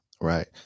right